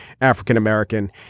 African-American